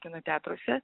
kino teatruose